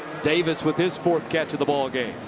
davis with his fourth catch of the ball game.